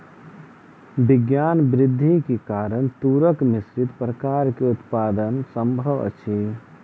विज्ञान वृद्धि के कारण तूरक मिश्रित प्रकार के उत्पादन संभव अछि